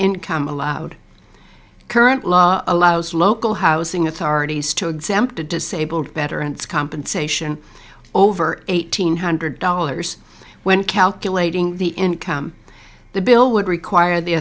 income allowed current law allows local housing authorities to exempt a disabled veterans compensation over one thousand nine hundred dollars when calculating the income the bill would require the